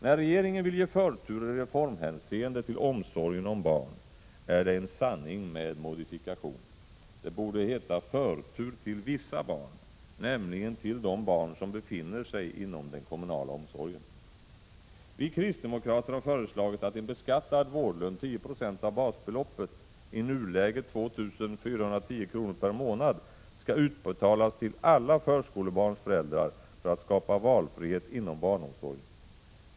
När regeringen vill ge förtur i reformhänseende till omsorgen om barn, är det en sanning med modifikation. Det borde heta förtur till vissa barn, nämligen till de barn som befinner sig inom den kommunala omsorgen. Vi kristdemokrater har föreslagit att en beskattad vårdlön, 10 90 av basbeloppet, i nuläget 2 410 kr. per månad, skall utbetalas till alla förskolebarns föräldrar för att skapa valfrihet inom barnomsorgen.